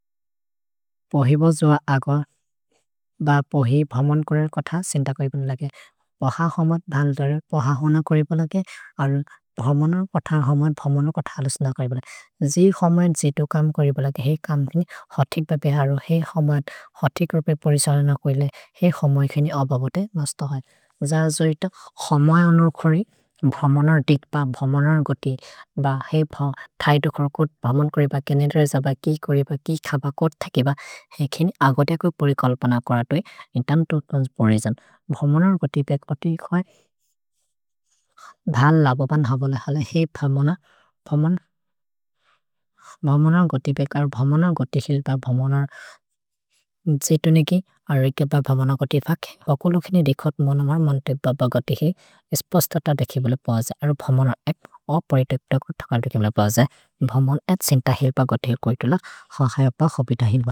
पोहिब जोअ अग ब पोहि भमन् करेर् कथ सिन्दकरिबन् लगे। पह हमत् धल् दरे, पह होन करिबलगे, अर् भमनर् कथ हमत् भमनर् कथल सिन्दकरिबन् लगे। जि हमत् जि तो कम् करिबलगे, हेइ कम्दिनि हतिक् ब बेहरो, हेइ हमत् हतिक् रोपे परिशलेन कोइले, हेइ हमत् खेनि अबबोते मस्तहै। ज जोइत हमए अनुर् खोरि भमनर् दित् ब भमनर् गोति, ब हेइ भ थैदु कर्कोत् भमन् करिब, केनेरे जब कि करिब, कि खब कोथकेब, हेइ खेनि अगते कोइ परिकल्पन करतोइ। In terms of transportation. भ्हमनर् गोति बेक् गोति खोइ? धल् लबबन् ह बोले हल हेइ भमन, भमन्, भमनर् गोति बेक्, अर् भमनर् गोति हिल् ब भमनर्, जे तो ने कि? अर् एके ब भमनर् गोति पक्? अकुलु खेनि दीखोत् मोनमर् मन्तेप् ब ब गोति हि, इस् पोस्तत देखि बोले भज, अर् भमनर् एक्, ओ परितक् तको थकल् देखि बोले भज, भमन् एक् चिन्त हिल् प गोति कोइ तो ल, ह खय प खबित हिल् ब।